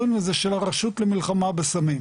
אומרים לו, זה של הרשות למלחמה בסמים.